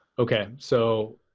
okay. so,